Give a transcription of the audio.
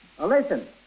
Listen